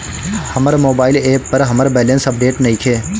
हमर mobile app पर हमर बैलेंस अपडेट नइखे